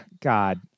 god